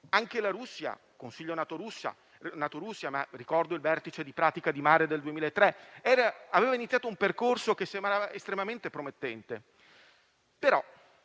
Anche il consiglio NATO-Russia - ricordo il vertice di Pratica di Mare del 2003 - aveva iniziato un percorso che sembrava estremamente promettente,